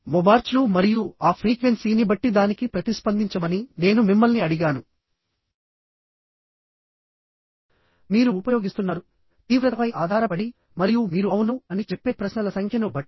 మొబార్చ్లు మరియు ఆ ఫ్రీక్వెన్సీని బట్టి దానికి ప్రతిస్పందించమని నేను మిమ్మల్ని అడిగాను మీరు ఉపయోగిస్తున్నారు తీవ్రతపై ఆధారపడి మరియు మీరు అవును అని చెప్పే ప్రశ్నల సంఖ్యను బట్టి